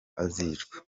azicwa